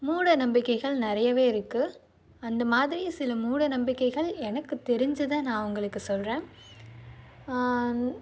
மூட நம்பிக்கைகள் நிறையவே இருக்குது அந்த மாதிரி சில மூட நம்பிக்கைகள் எனக்கு தெரிஞ்சதை நான் உங்களுக்கு சொல்கிறேன்